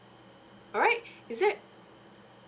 alright is it